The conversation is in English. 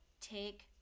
take